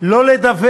אותם אלה שמתכננים